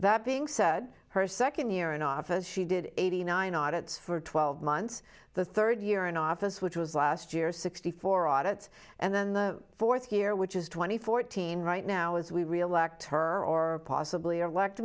that being said her second year in office she did eighty nine audits for twelve months the third year in office which was last year sixty four audits and then the fourth year which is twenty fourteen right now as we reelect her or possibly elect